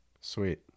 Sweet